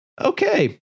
okay